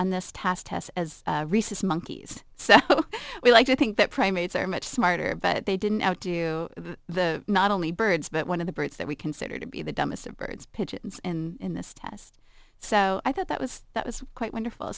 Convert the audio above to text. on this task tess as rhesus monkeys so we like to think that primates are much smarter but they didn't do the not only birds but one of the birds that we consider to be the dumbest of birds pigeons in this test so i thought that was that was quite wonderful